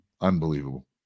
unbelievable